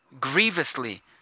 grievously